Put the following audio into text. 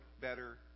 better